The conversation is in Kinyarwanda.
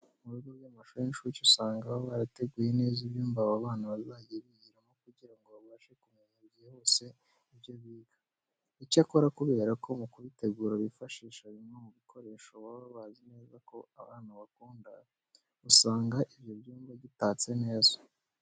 Mu bigo by'amashuri y'incuke usanga baba barateguye neza ibyumba aba bana bazajya bigiramo kugira ngo babashe kumenya byihuse ibyo biga. Icyakora kubera ko mu kubitegura bifashisha bimwe mu bikoresho baba bazi neza ko abana bakunda, usanga ibyo byumba gitatse neza.